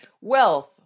Wealth